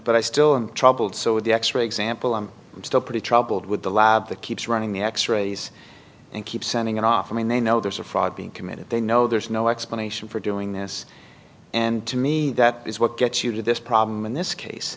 but i still i'm troubled so with the x ray example i'm still pretty troubled with the lab that keeps running the x rays and keeps sending an offering they know there's a fraud being committed they know there's no explanation for doing this and to me that is what gets you to this problem in this case